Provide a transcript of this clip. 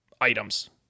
items